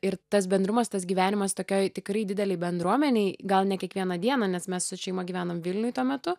ir tas bendrumas tas gyvenimas tokioj tikrai didelėj bendruomenėj gal ne kiekvieną dieną nes mes su šeima gyvenom vilniuj tuo metu